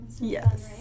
Yes